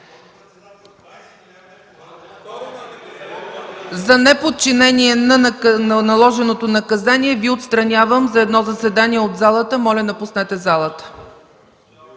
За неподчинение на наложеното наказание Ви отстранявам за едно заседание от залата. Моля, напуснете залата!